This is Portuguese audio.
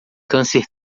câncer